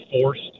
forced